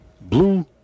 blue